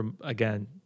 again